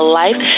life